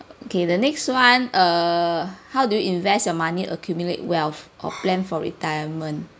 okay the next [one] err how do you invest your money accumulate wealth or plan for retirement